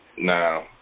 Now